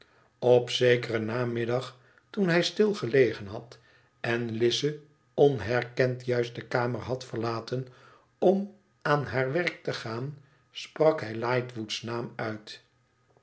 op zekeren namiddag toen hij stil gelegen had en lize onherkend jubt de kamer had verlaten om aan haar werk te gaan sprak hij lightwood's naam uit